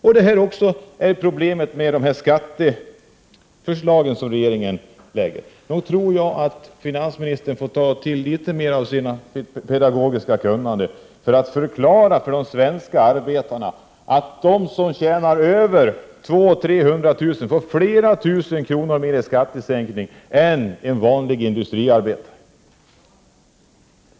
Vi har också problemet med de skatteförslag som regeringen lägger fram. Nog tror jag att finansministern måste ta till litet mer av sitt pedagogiska kunnande för att förklara för de svenska arbetarna att de som tjänar över 200 000-300 000 kr. får flera tusen kronor mer i skattesänkning än en vanlig industriarbetare.